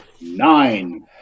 Nine